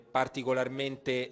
particolarmente